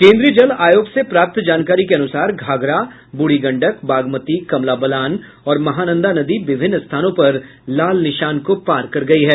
केन्द्रीय जल आयोग से प्राप्त जानकारी के अनुसार घाघरा बूढ़ी गंडक बागमती कमला बलान और महानंदा नदी विभिन्न स्थानों पर लाल निशान को पार कर गयी है